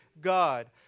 God